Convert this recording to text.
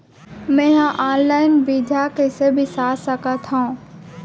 मे हा अनलाइन बीजहा कईसे बीसा सकत हाव